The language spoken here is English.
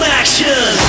action